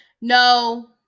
No